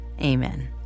amen